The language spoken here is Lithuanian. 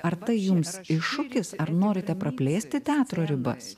ar tai jums iššūkis ar norite praplėsti teatro ribas